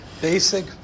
basic